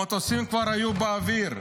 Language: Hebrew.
המטוסים כבר היו באוויר,